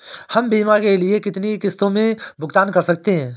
हम बीमा के लिए कितनी किश्तों में भुगतान कर सकते हैं?